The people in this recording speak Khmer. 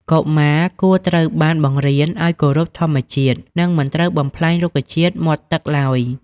កុមារគួរត្រូវបានបង្រៀនឱ្យ គោរពធម្មជាតិ និងមិនត្រូវបំផ្លាញរុក្ខជាតិមាត់ទឹកឡើយ។